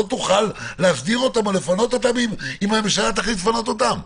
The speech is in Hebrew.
תוכל להסדיר אותם או לפנות אותם אם הממשלה תחליט לפנות אותם?